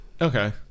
okay